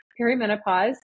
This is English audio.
perimenopause